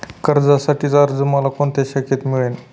कर्जासाठीचा अर्ज मला कोणत्या शाखेत मिळेल?